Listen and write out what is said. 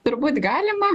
turbūt galima